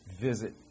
visit